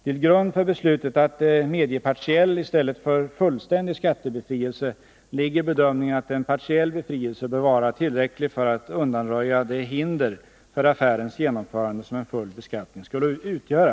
Till grund för beslutet att medge partiell i stället för fullständig skattebefrielse ligger bedömningen att en partiell befrielse bör vara tillräcklig för att undanröja det hinder för affärens genomförande som en full beskattning skulle utgöra.